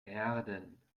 erden